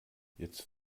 jetzt